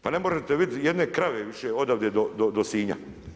Pa ne morete vidit jedne krave više odavdje do Sinja.